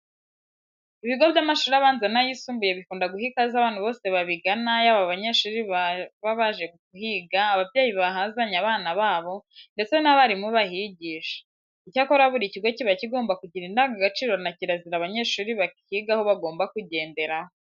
Ibigo by'amashuri abanza n'ayisumbuye bikunda guha ikaze abantu bose babigana yaba abanyeshuri baba baje kuhiga, ababyeyi baba bahazanye abana babo ndetse n'abarimu bahigisha. Icyakora buri kigo kiba kigomba kugira indangagaciro na kirazira abanyeshuri bakigaho bagomba kugenderaho.